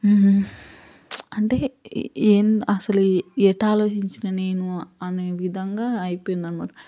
అంటే అసల ఏం అసల ఎటు ఆలోచించినా నేను అనే విధంగా అయిపోయింది అనమాట